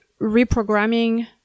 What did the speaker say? reprogramming